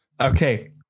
Okay